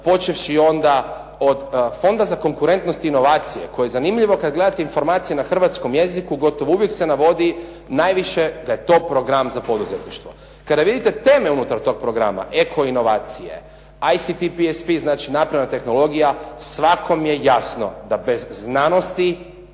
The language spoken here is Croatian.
Počevši onda od Fonda za konkurentnost i inovacije koje zanimljivo kad gledate informacije na hrvatskom jeziku gotovo uvijek se navodi najviše da je to program za poduzetništvo. Kada vidite teme unutar tog programa, eko inovacije, ICTPSP znači napredna tehnologija svakom je jasno da bez znanosti